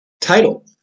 title